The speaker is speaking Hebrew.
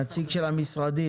נציג של המשרדים?